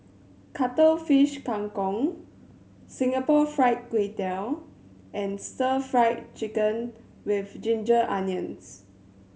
Cuttlefish Kang Kong Singapore Fried Kway Tiao and Stir Fried Chicken With Ginger Onions